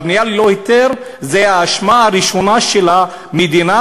הבנייה ללא היתר זו האשמה הראשונה של המדינה,